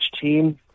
team